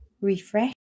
refresh